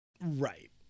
Right